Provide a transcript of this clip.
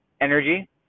energy